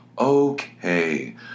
okay